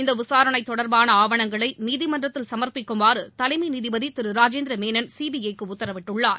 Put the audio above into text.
இந்த விசாரணை தொடர்பான ஆவணங்களை நீதிமன்றத்தில் சமர்ப்பிக்குமாறு தலைமை நீதிபதி திரு ராஜேந்திரமேனன் சிபிஐ க்கு உத்தரவிட்டுள்ளார்